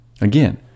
Again